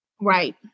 Right